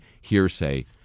hearsay